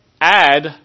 add